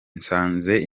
nsanze